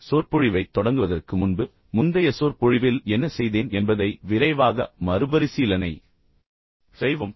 எனது சொற்பொழிவைத் தொடங்குவதற்கு முன்பு முந்தைய சொற்பொழிவில் நான் என்ன செய்தேன் என்பதை விரைவாக மறுபரிசீலனை செய்வோம்